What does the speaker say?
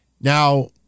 Now